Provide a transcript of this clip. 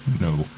No